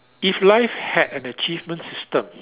if life had an achievement system